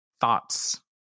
thoughts